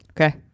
Okay